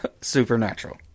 Supernatural